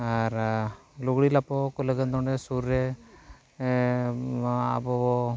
ᱟᱨ ᱞᱩᱜᱽᱲᱤ ᱞᱟᱯᱚ ᱠᱚ ᱞᱟᱹᱜᱤᱫ ᱱᱚᱸᱰᱮ ᱥᱩᱨ ᱨᱮ ᱟᱵᱚ